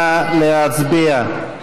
נא להצביע.